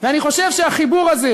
ואני חושב שהחיבור הזה,